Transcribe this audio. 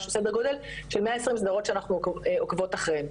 משהו סדר גודל של 120 סדרות שאנחנו עוקבות אחריהן.